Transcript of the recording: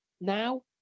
now